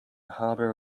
harbour